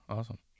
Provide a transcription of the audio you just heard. Awesome